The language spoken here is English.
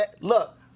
Look